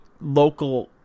local